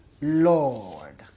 Lord